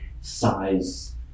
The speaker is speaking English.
Size